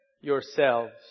yourselves